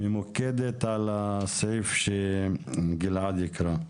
ממוקדת על הסעיף שגלעד יקרא.